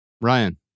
Ryan